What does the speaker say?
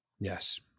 Yes